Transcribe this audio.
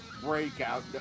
Breakout